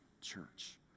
church